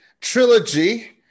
Trilogy